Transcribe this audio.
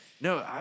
No